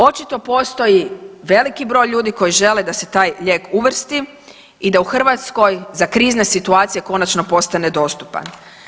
Očito postoji veliki broj ljudi koji želi da se taj lijek uvrsti i da u Hrvatskoj za krizne situacije konačno postane dostupan.